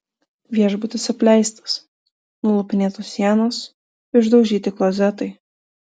viešbutis apleistas nulupinėtos sienos išdaužyti klozetai